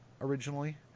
originally